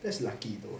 that's lucky though